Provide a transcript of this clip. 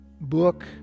book